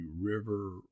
River